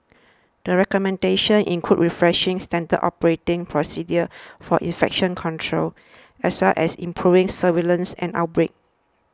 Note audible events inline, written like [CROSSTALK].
the recommendations include refreshing standard operating procedures [NOISE] for infection control as well as improving surveillance and outbreak